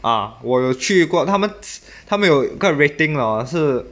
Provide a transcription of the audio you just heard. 啊我有去过他们他们有个 rating hor 是